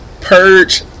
purge